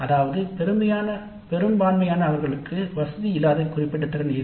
அதாவது பெரும்பான்மையான மாணவர்கள் இல்லாத குறிப்பிட்ட திறன் இது